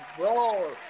roll